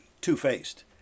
two-faced